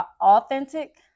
authentic